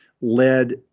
led